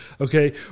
okay